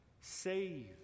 save